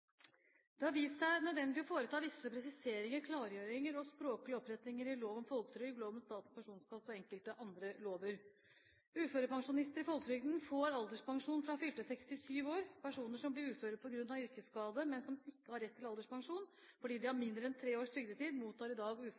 Det har vist seg nødvendig å foreta visse presiseringer, klargjøringer og språklige opprettinger i lov om folketrygd, lov om Statens pensjonskasse og enkelte andre lover. Uførepensjonister i folketrygden får alderspensjon fra fylte 67 år. Personer som blir uføre på grunn av yrkesskade, men som ikke har rett til alderspensjon fordi de har mindre enn tre års trygdetid, mottar i dag